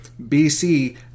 BC